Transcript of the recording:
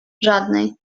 żadnej